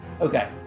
Okay